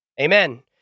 Amen